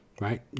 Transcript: Right